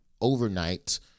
overnight